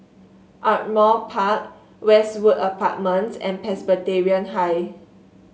Ardmore Park Westwood Apartments and Presbyterian High